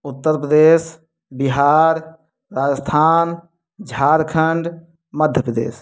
Uttar Pradesh Bihar Rajasthan Jharkhand Madhya Pradesh